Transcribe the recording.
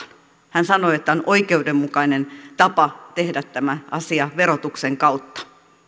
hän sanoi että on oikeudenmukainen tapa tehdä tämä asia verotuksen kautta